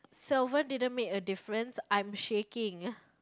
so what didn't make a difference I'm shaking ya